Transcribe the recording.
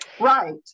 Right